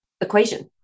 equation